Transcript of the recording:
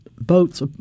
boats